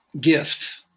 gift